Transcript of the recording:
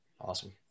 Awesome